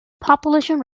population